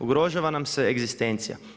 Ugrožava nam se egzistencija.